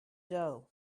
doe